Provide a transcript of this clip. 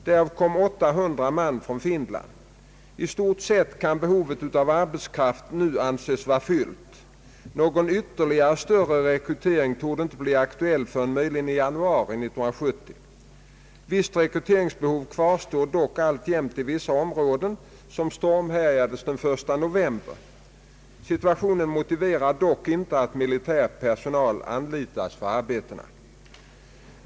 Därav kom 800 man från Finland. I stort sett kan behovet av arbetskraft nu anses vara fyllt. Någon ytterligare större rekrytering torde inte bli aktuell förrän möjligen i januari 1970. Visst rekryteringsbehov kvarstår dock alltjämt i vissa områden som stormhärjades den 1 november. Situationen motiverar likväl inte att militär personal anlitas för arbetena.